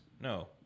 No